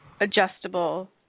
adjustable